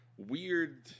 Weird